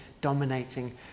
dominating